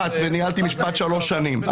ניהלתי משפט שלוש שנים.